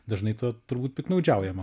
dažnai tuo turbūt piktnaudžiaujama